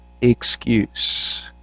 excuse